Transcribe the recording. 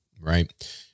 right